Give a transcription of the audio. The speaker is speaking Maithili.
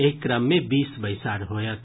एहि क्रम मे बीस बैसार होयत